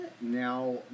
Now